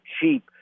cheap